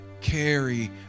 carry